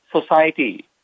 society